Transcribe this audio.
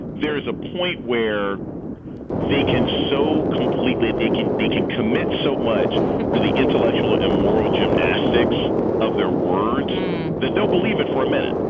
there is a point where they can so completely they can they can commit so much to the intellectual and moral gymnastics of their words that they'll believe it for a minute.